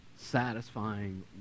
satisfying